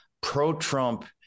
pro-Trump